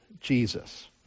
Jesus